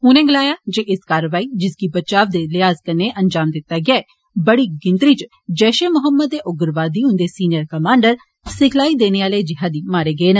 उन्ने गलाया जे इस कारवाई जिसगी बचाव दे लिहाज़ कन्ने अंजाम दिता गेआ ऐ बड़ी गिनतरी च जैश ए मोहम्मद उग्रवादी उंदे सीनियर कमांडर सिखलाई देने आले जिहादी मारे गए न